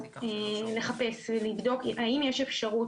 --- זה בדיוק מה שאמרתי.